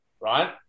right